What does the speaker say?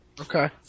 Okay